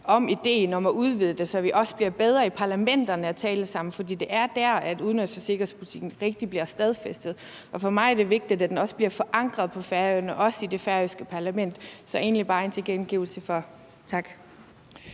for idéen om at udvide det, så vi også bliver bedre i parlamenterne til at tale sammen. For det er der, hvor udenrigs- og sikkerhedspolitikken rigtig bliver stadfæstet, og for mig er det vigtigt, at den også bliver forankret på Færøerne, også i det færøske parlament. Så det er egentlig bare en tilkendegivelse. Tak.